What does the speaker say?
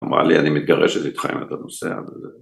‫היא אמרה לי, ‫אני מתגרשת איתך אם אתה נוסע.